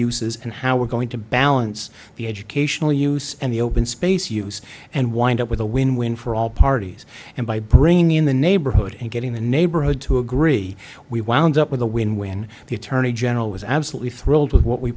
uses and how we're going to balance the educational use and the open space use and wind up with a win win for all parties and by bringing in the neighborhood and getting the neighborhood to agree we wound up with a win win the attorney general was absolutely thrilled with what we